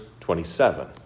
27